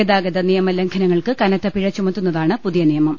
ഗതാഗത നിയമലംഘനങ്ങൾക്ക് കനത്ത പിഴ ചുമത്തുന്നതാണ് പുതിയ നിയമം